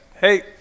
Hey